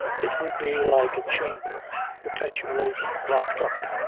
it would be like a chamber perpetually locked up.